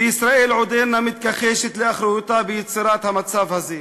וישראל עודנה מתכחשת לאחריותה ביצירת המצב הזה.